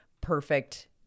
perfect